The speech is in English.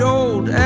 old